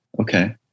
okay